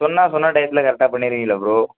சொன்னால் சொன்ன டயத்தில் கரெக்டாக பண்ணிடுவீங்களா ப்ரோ